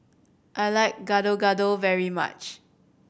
I like Gado Gado very much